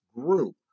group